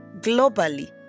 globally